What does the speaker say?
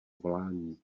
volání